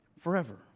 Forever